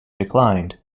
declined